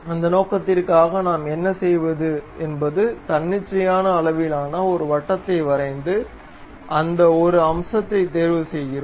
அந்த நோக்கத்திற்காக நாம் என்ன செய்வது என்பது தன்னிச்சையான அளவிலான ஒரு வட்டத்தை வரைந்து அந்த ஒரு அம்சத்தைத் தேர்வுசெய்கிறோம்